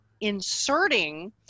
inserting